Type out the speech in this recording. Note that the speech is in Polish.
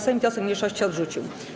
Sejm wniosek mniejszości odrzucił.